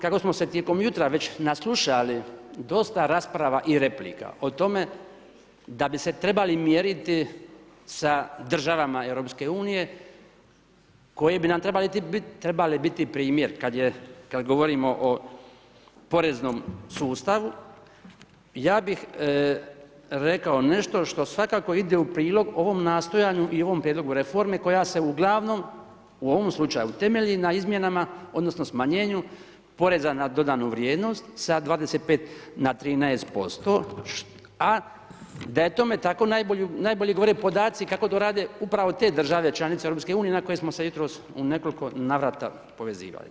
Kako smo se tijekom jutra naslušali dosta rasprava i replika o tome da bi s trebali mjeriti sa državama EU koje bi nam trebale biti primjer, kad govorimo o poreznom sustavu ja bih rekao nešto što svakako ide u prilog ovom nastojanju i ovom prijedlogu koja se uglavnom i u ovom slučaju temelji na izmjenama, odnosno smanjenju poreza na dodanu vrijednost sa 25 na 13%, a da je tome tako najbolje govore podaci kako to rade upravo te države članice EU na koje smo se jutros u nekoliko navrata povezivali.